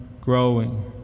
growing